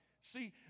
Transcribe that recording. See